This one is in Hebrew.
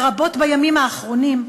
לרבות בימים האחרונים,